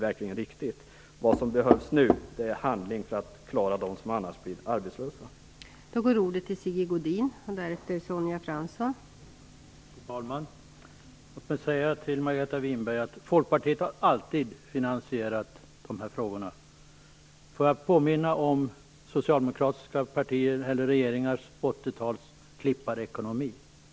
Nej, vad som behövs nu för att klara dem som annars blir arbetslösa är handling.